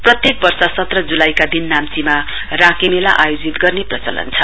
प्रत्येक वर्ष जालाईका दिन नाम्ची राँके मेला आयोजित गर्ने प्रचलन छ